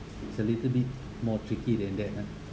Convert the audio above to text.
it's a little bit more tricky than that ah